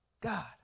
God